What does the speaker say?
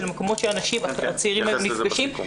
של המקומות שהאנשים הצעירים נפגשים.